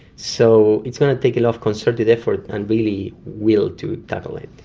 so it's going to take a lot of concerted effort and really will to tackle it.